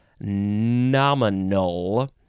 Nominal